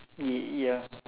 y~ ya